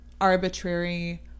arbitrary